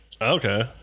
Okay